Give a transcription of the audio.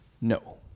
No